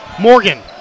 Morgan